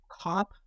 cop